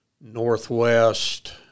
northwest